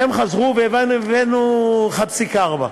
והם חזרו, והבאנו 1.4 מיליארד.